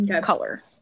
color